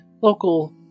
local